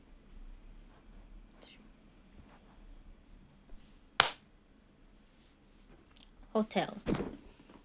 hotel